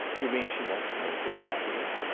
you mean she wants to make me happier?